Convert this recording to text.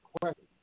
question